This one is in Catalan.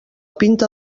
pinta